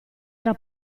era